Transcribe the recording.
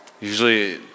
Usually